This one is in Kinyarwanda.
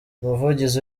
umuvugizi